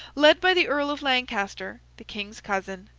led by the earl of lancaster, the king's cousin,